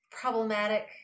problematic